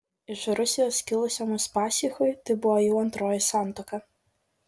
iš rusijos kilusiam uspaskichui tai buvo jau antroji santuoka